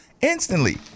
instantly